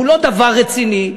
לא דבר רציני,